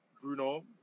Bruno